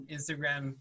Instagram